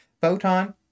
Photon